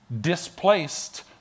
displaced